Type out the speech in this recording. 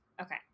Okay